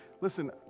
Listen